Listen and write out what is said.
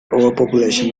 overpopulation